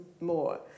more